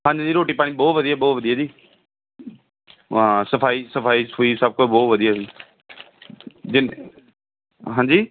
ਹਾਂਜੀ ਰੋਟੀ ਪਾਣੀ ਬਹੁਤ ਵਧੀਆ ਬਹੁਤ ਵਧੀਆ ਜੀ ਹਾਂ ਸਫਾਈ ਸਫਾਈ ਸਫੂਈ ਸਭ ਕੁਛ ਬਹੁਤ ਵਧੀਆ ਜੀ ਜਿਨ ਹਾਂਜੀ